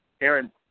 Aaron